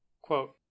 Quote